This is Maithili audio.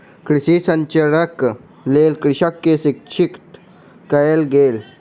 कृषि संचारक लेल कृषक के शिक्षित कयल गेल